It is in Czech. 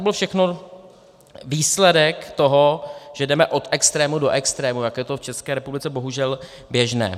To byl všechno výsledek toho, že jdeme od extrému do extrému, jak je to v České republice bohužel běžné.